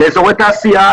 לאזורי תעשייה,